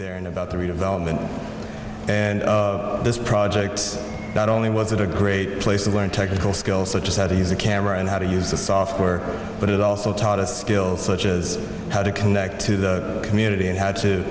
there in about the redevelopment and this project not only was it a great place to learn technical skills such as how to use a camera and how to use the software but it also taught us skills such as how to connect to the community and how to